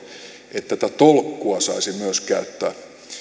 että tätä tolkkua saisi myös käyttää